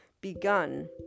begun